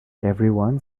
everyone